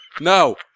no